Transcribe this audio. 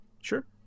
sure